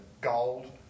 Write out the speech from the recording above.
gold